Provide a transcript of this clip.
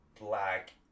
black